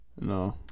No